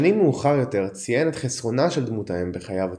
שנים מאוחר יותר ציין את חסרונה של דמות האם בחייו הצעירים.